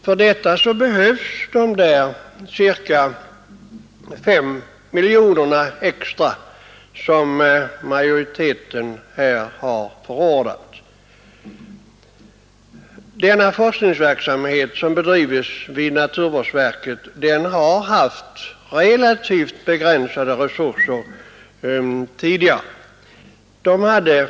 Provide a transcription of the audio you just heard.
För det behövs de där extra 5 miljonerna, som majoriteten har förordat. Den forskning som bedrivs vid naturvårdsverket har tidigare haft relativt begränsade resurser.